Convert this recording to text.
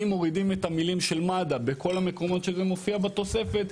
אם מורידים את המילים מד"א בכל המקומות שמופיעים בתוספת,